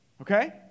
okay